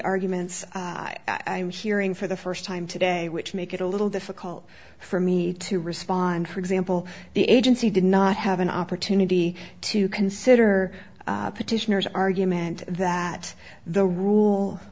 arguments i'm hearing for the first time today which make it a little difficult for me to respond for example the agency did not have an opportunity to consider petitioner's argument that the rule